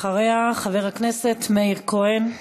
אחריה, חבר הכנסת מאיר כהן.